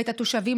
ואת התושבים,